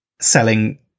selling